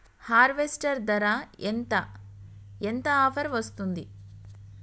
Harvester ధర ఎంత ఎంత ఆఫర్ వస్తుంది?